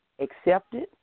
accepted